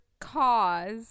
cause